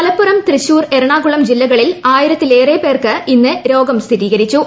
മലപ്പുറം തൃശൂർ എറണാകുളം ജില്ലകളിൽ ആയിരത്തിലേറെപ്പേർക്ക് ഇന്ന് രോഗം സ്ഥിരീകരിച്ചു